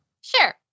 sure